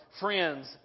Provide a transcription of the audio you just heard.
friends